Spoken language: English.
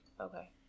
Okay